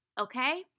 Okay